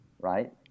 right